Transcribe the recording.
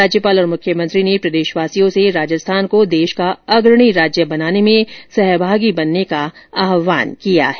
राज्यपाल और मुख्यमंत्री ने प्रदेशवासियों से राजस्थान को देश का अग्रणी राज्य बनाने में सहभागी बनने का आहवान किया है